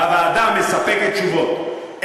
הוועדה מספקת תשובות.